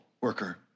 worker